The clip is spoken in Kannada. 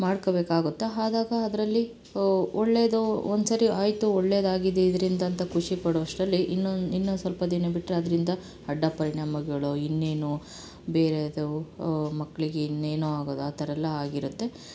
ಮಾಡ್ಕಬೇಕಾಗುತ್ತೆ ಹಾಗಾಗಿ ಅದರಲ್ಲಿ ಒಳ್ಳೆಯದು ಒಂದು ಸಾರಿ ಆಯಿತು ಒಳ್ಳೆಯದು ಆಗಿದೆ ಇದರಿಂದ ಅಂತ ಖುಷಿಪಡೋ ಅಷ್ಟರಲ್ಲಿ ಇನ್ನೊಂದು ಇನ್ನೊಂದು ಸ್ವಲ್ಪ ದಿನ ಬಿಟ್ಟರೆ ಅದರಿಂದ ಅಡ್ಡ ಪರಿಣಾಮಗಳು ಇನ್ನೇನೋ ಬೇರೆಯದು ಮಕ್ಕಳಿಗೆ ಇನ್ನೇನೋ ಆಗೋದು ಆ ಥರ ಎಲ್ಲ ಆಗಿರುತ್ತೆ